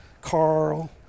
Carl